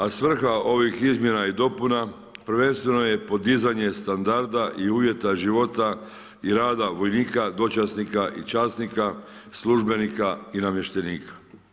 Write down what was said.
A svrha ovih izmjena i dopuna prvenstveno je podizanje standarda i uvjeta života i rada vojnika, dočasnika i časnika, službenika i namještenika.